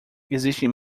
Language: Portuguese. existem